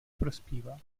prospívá